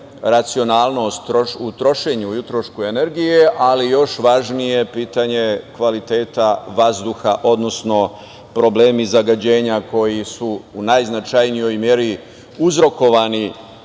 racionalnost u trošenju i utrošku energije, ali još važnije pitanje kvaliteta vazduha, odnosno problemi zagađenja koji su najznačajnijoj meri uzrokovani